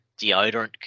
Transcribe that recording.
deodorant